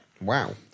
Wow